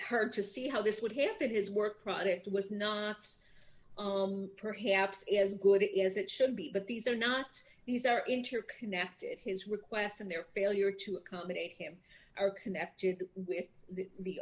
her to see how this would happen his work product was not perhaps as good it is it should be but these are not these are interconnected his requests and their failure to accommodate him are connected with the